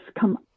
come